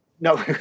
No